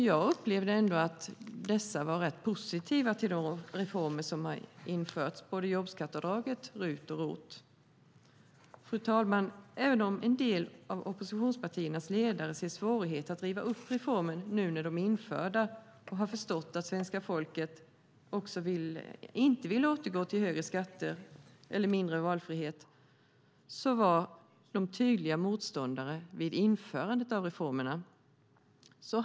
Jag upplevde att de var rätt positiva till de reformer som har införts, såväl till jobbskatteavdraget som till RUT och ROT. Fru talman! Även om en del av oppositionspartiernas ledare ser en svårighet i att riva upp reformerna nu när de är införda och har förstått att svenska folket inte vill återgå till högre skatter och mindre valfrihet var de tydliga motståndare vid införandet.